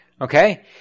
Okay